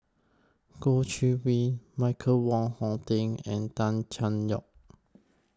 Goh Chiew Hui Michael Wong Hong Teng and Tan Cheng Lock